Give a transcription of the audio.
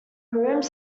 rooms